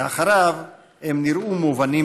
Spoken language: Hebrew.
ואחריו הם נראו מובנים